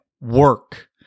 work